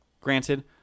granted